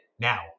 Now